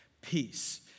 peace